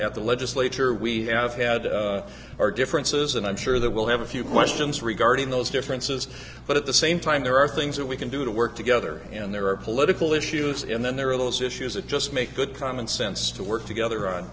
at the legislature we have had our differences and i'm sure that we'll have a few questions regarding those differences but at the same time there are things that we can do to work together and there are political issues in then there are those issues it just makes good common sense to work together on